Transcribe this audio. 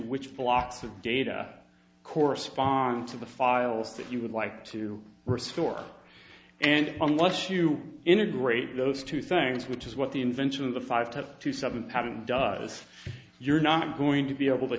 which blocks of data correspond to the files that you would like to restore and unless you integrate those two things which is what the invention of the five to two seven pattern does you're not going to be able to